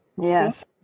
Yes